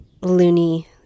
loony